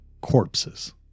corpses